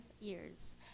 years